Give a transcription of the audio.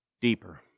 deeper